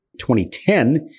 2010